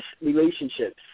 relationships